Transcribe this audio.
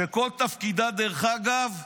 שכל תפקידה, דרך אגב,